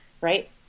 right